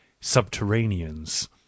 subterraneans